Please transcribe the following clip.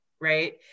right